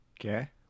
Okay